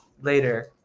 later